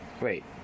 Wait